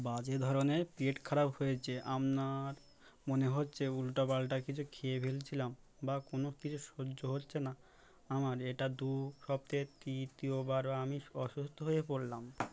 বাজে ধরনের পেট খারাপ হয়েছে আমনার মনে হচ্ছে উল্টো বালটা কিছু খেয়ে ফেলছিলাম বা কোনো কিছু সহ্য হচ্ছে না আমার এটা দু সপ্তাহে তৃতীয় বার আমি অসুস্থ হয়ে পড়লাম